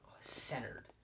centered